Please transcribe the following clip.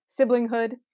siblinghood